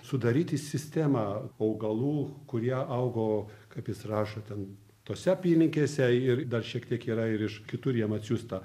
sudaryti sistemą augalų kurie augo kaip jis rašo ten tose apylinkėse ir dar šiek tiek yra ir iš kitur jam atsiųsta